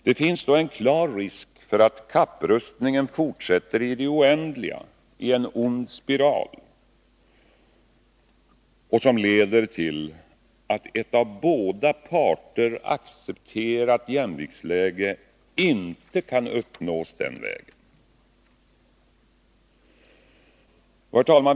Det finns då en klar risk för att kapprustningen fortsätter i det oändliga i en ond spiral, som leder till att ett av båda parter accepterat jämviktsläge inte kan uppnås den vägen. Herr talman!